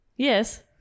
Yes